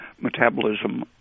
metabolism